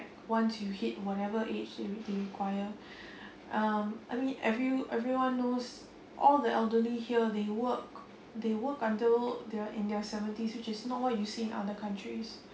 once you hit whatever age they require um I mean every everyone knows all the elderly here they work they work until they're in their seventies which is not what you see in other countries